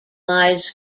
lies